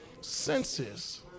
senses